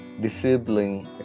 disabling